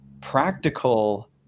practical